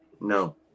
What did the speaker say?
no